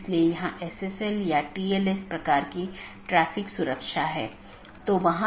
इसलिए बहुत से पारगमन ट्रैफ़िक का मतलब है कि आप पूरे सिस्टम को ओवरलोड कर रहे हैं